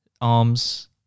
arms